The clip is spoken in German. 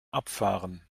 abfahren